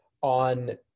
on